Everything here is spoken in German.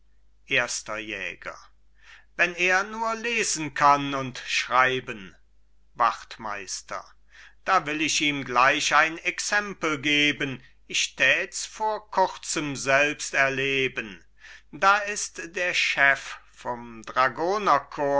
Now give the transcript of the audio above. erster jäger wenn er nur lesen kann und schreiben wachtmeister da will ich ihm gleich ein exempel geben ich täts vor kurzem selbst erleben da ist der schef vom